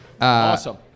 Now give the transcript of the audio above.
Awesome